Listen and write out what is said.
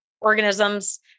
organisms